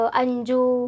anju